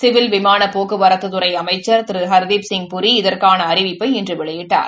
civil விமாள போக்குவரத்துத்துறை அமைச்சர் திரு ஹர்தீப் சிங் பூரி இதற்காள அறிவிப்பை இன்று வெளியிட்டார்